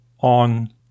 on